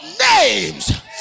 names